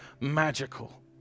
magical